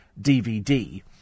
DVD